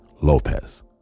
Lopez